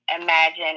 imagine